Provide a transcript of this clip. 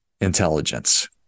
intelligence